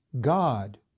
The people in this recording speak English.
God